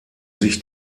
sich